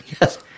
yes